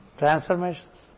transformations